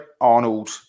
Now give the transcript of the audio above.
Arnold